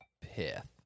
pith